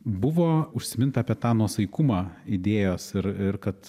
buvo užsiminta apie tą nuosaikumą idėjos ir ir kad